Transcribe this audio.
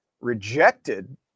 rejected